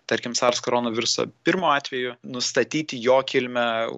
tarkim sars koronoviruso pirmu atveju nustatyti jo kilmę